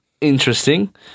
Interesting